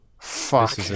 Fuck